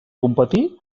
competir